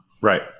Right